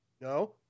No